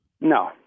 No